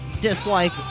dislike